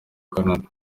canada